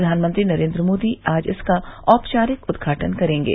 प्रधानमंत्री नरेन्द्र मोदी आज इसका औपचारिक उदघाटन करेंगे